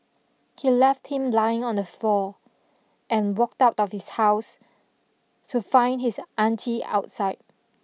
he left him lying on the floor and walked out of his house to find his aunty outside